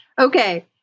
Okay